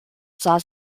sah